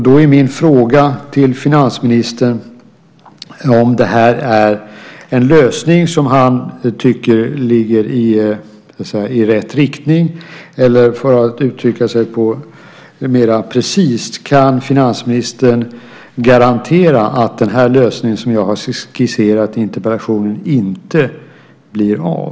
Då är min fråga till finansministern om det här är en lösning som han tycker ligger i rätt riktning, eller för att uttrycka sig mer precist: Kan finansministern garantera att den lösning som jag skisserat i interpellationen inte blir av?